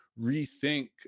rethink